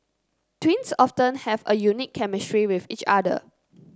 twins often have a unique chemistry with each other